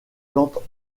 plantes